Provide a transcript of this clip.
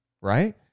right